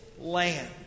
land